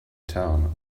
town